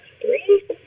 three